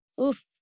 Oof